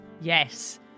Yes